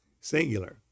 singular